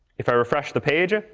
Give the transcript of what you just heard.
if i refresh the page,